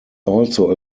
also